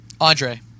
Andre